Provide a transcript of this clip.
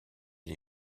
les